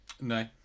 No